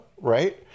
right